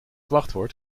wachtwoord